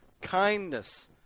kindness